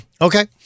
okay